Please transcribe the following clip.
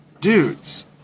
dudes